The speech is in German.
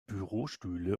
bürostühle